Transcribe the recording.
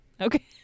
okay